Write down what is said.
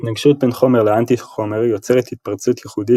התנגשות בין חומר לאנטי חומר יוצרת התפרצות ייחודית